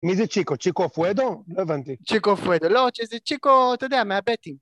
מי זה צ'יקו? צ'יקו אופואדו? לא הבנתי. צ'יקו אופואדו, לא, זה צ'יקו... אתה יודע, מהבתים.